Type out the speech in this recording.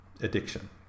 addiction